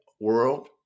world